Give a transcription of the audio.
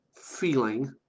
feeling